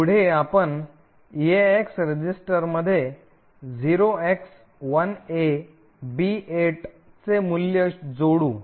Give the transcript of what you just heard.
पुढे आपण EAX रजिस्टरमध्ये 0x1AB8 चे मूल्य जोडू